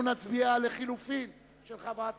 אנחנו נצביע אז על ההצעה לחלופין של קבוצת